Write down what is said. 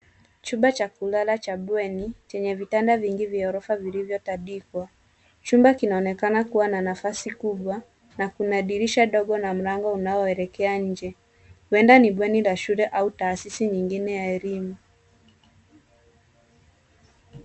Chumba cha kulala cha bweni chenye vitanda vingi vya ghorofa vilivyotandikwa. Chumba kinaonekana kuwa na nafasi kubwa na kuna dirisha dogo na mlango unaoelekea nje. Huenda ni bweni la shule au taasisi nyingine ya elimu.